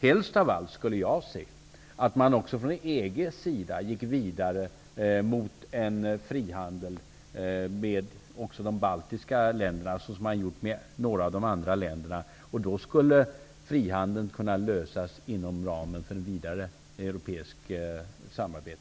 Helst av allt skulle jag se att man också från EG:s sida gick vidare mot frihandel också med de baltiska länderna, såsom skett när det gäller några av de andra länderna. Då skulle frågan om frihandeln kunna lösas inom ramen för ett vidare europeiskt samarbete.